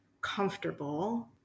comfortable